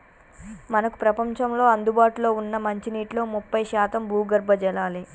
మనకు ప్రపంచంలో అందుబాటులో ఉన్న మంచినీటిలో ముప్పై శాతం భూగర్భ జలాలే